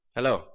Hello